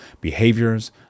behaviors